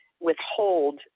withhold